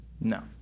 No